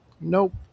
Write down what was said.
Nope